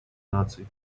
наций